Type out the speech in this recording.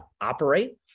operate